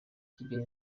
keeping